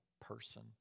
person